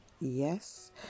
yes